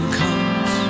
comes